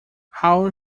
how